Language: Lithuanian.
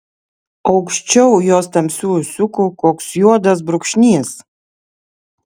aukščiau jos tamsių ūsiukų koks juodas brūkšnys